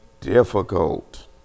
difficult